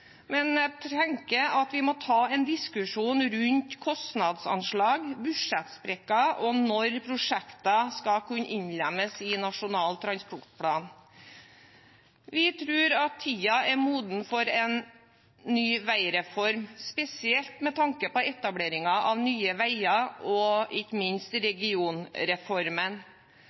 men jeg tenker at vi må ta en diskusjon rundt kostnadsanslag, budsjettsprekker og om når prosjektene skal kunne innlemmes i Nasjonal transportplan. Vi tror at tiden er moden for en ny veireform, spesielt med tanke på etableringen av Nye Veier og ikke minst regionreformen.